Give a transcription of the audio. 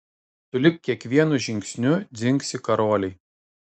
sulig kiekvienu žingsniu dzingsi karoliai